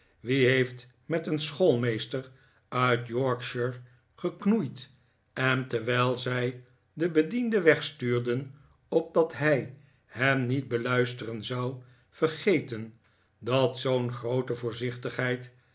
wie heeft met een schoolmeester uit yorshire geknoeid en terwijl zij den bediende wegstuurden opdat hij hen niet beluisteren zou vergeten dat zoo'n groote voorzichtigheid